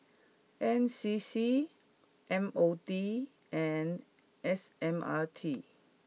N C C M O D and S M R T